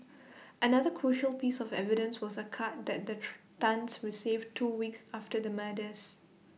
another crucial piece of evidence was A card that the Tans received two weeks after the murders